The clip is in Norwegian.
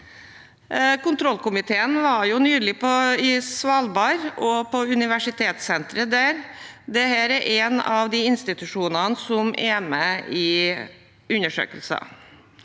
Kontrollkomiteen var nylig på Svalbard og Universitetssenteret der. Det er én av institusjonene som er med i undersøkelsen.